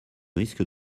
risques